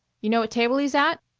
you know what table he's at?